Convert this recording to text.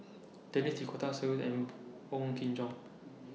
Denis D'Cotta Seow and Wong Kin Jong